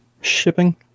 shipping